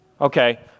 okay